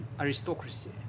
aristocracy